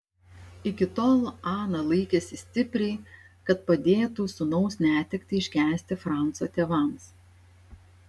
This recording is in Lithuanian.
iki tol ana laikėsi stipriai kad padėtų sūnaus netektį iškęsti franco tėvams